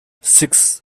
six